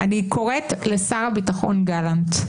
אני קוראת לשר הביטחון גלנט: